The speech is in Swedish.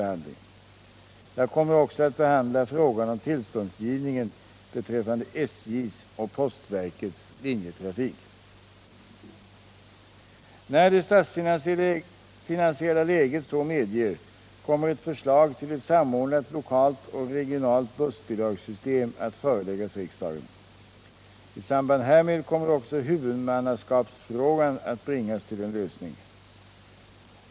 Jag kommer också att behandla frågan om tillståndsgivningen beträffande SJ:s och postverkets linjetrafik. När det statsfinansiella läget så medger kommer ett förslag till ett samordnat lokalt och regionalt bussbidragssystem att föreläggas riksdagen. I samband härmed kommer också huvudmannaskapsfrågan att bringas till en lösning.